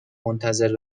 منتظر